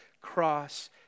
cross